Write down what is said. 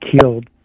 killed